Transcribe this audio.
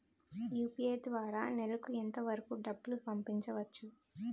UPI ద్వారా నెలకు ఎంత వరకూ డబ్బులు పంపించవచ్చు?